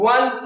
One